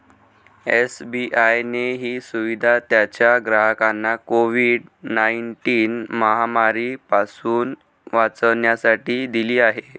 SBI ने ही सुविधा त्याच्या ग्राहकांना कोविड नाईनटिन महामारी पासून वाचण्यासाठी दिली आहे